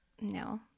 No